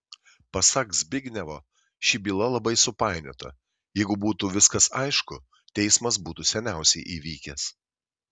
pasak zbignevo ši byla labai supainiota jeigu būtų viskas aišku teismas būtų seniausiai įvykęs